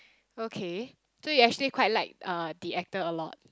okay so you actually quite like uh the actor a lot